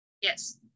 Yes